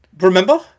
remember